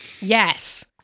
Yes